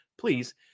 please